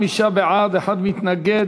35 בעד, אחד מתנגד.